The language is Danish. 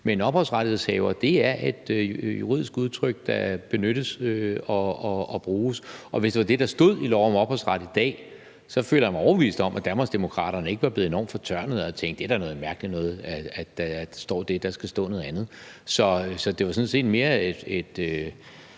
Men ophavsrettighedshaver er et juridisk udtryk, der benyttes og bruges, og hvis det var det, der stod i lov om ophavsret i dag, så føler jeg mig overbevist om, at Danmarksdemokraterne ikke var blevet enormt fortørnede og havde tænkt: Det er da noget mærkeligt noget, at der står det; der skal stå noget andet. Så det var sådan set mere for